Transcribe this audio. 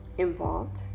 Involved